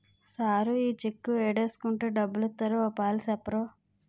sir ఈ cheque ఏడేసుకుంటే డబ్బులిత్తారో ఓ పాలి సెప్పరూ